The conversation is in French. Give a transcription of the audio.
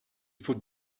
faut